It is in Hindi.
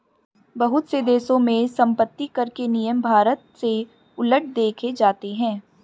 बहुत से देशों में सम्पत्तिकर के नियम भारत से उलट देखे जाते हैं